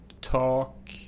talk